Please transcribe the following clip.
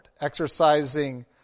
exercising